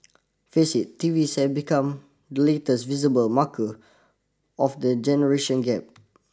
face it T Vs have become the latest visible marker of the generation gap